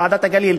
ועידת הגליל,